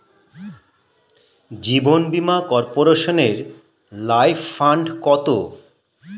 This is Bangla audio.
জীবন বীমা কর্পোরেশনের লাইফ ফান্ড কত?